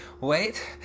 wait